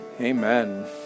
amen